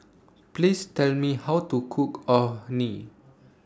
Please Tell Me How to Cook Orh Nee